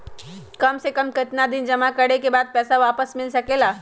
काम से कम कतेक दिन जमा करें के बाद पैसा वापस मिल सकेला?